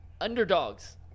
underdogs